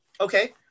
Okay